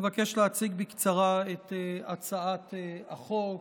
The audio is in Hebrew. אני מבקש להציג בקצרה את הצעת החוק.